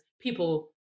people